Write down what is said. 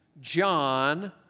John